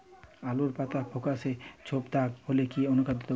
আলুর পাতা ফেকাসে ছোপদাগ হলে কি অনুখাদ্য দেবো?